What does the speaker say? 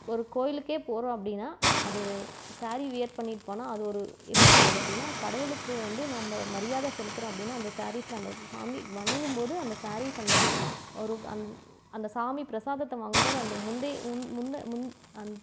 ஒரு கோயிலுக்கே போகிறோம் அப்படின்னா அது ஸாரீ வியர் பண்ணிட்டு போனால் அது ஒரு எப்படி சொல்கிறது அப்படின்னா கடவுளுக்கு வந்து நம்ம மரியாதை செலுத்துகிறோம் அப்படின்னா அந்த ஸாரீஸ்ல அந்த சாமி வணங்கும்போது அந்த ஸாரீஸ் அந்த இது ஒரு அந் அந்த சாமி பிரசாதத்தை வாங்கும் போது அந்த முந்தி முந் முந்த முந் அந்